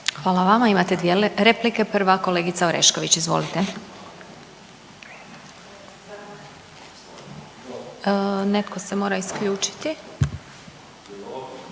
Hvala vama. Imate dvije replike. Prva kolegica Orešković. Izvolite. Netko se mora isključiti.